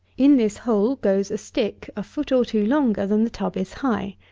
in this hole goes a stick, a foot or two longer than the tub is high.